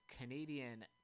Canadian